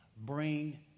Bring